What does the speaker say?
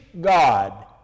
God